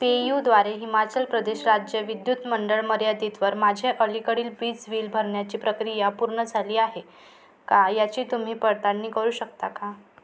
पेयूद्वारे हिमाचल प्रदेश राज्य विद्युत मंडळ मर्यादितवर माझे अलीकडील वीज बिल भरण्याची प्रक्रिया पूर्ण झाली आहे का याची तुम्ही पडताळणी करू शकता का